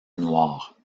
noire